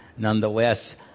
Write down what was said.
Nonetheless